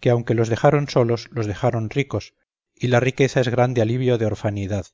que aunque los dejáron solos los dejáron ricos y la riqueza es grande alivio de horfandad